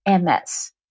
MS